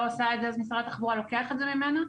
עושה את זה אז משרד התחבורה לוקח את זה ממנה?